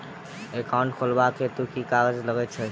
Account खोलाबक हेतु केँ कागज लागत?